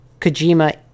Kojima